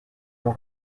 mon